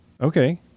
Okay